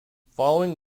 following